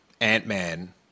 Ant-Man